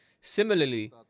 similarly